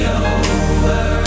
over